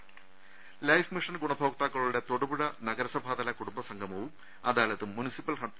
ട life mission ഗുണഭോക്താക്കളുടെ തൊടുപുഴ നഗരസഭാതല കുടുംബ സംഗമവും അദാലത്തും മുനിസിപ്പൽ ടൌൺഹാളിൽ പി